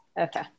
Okay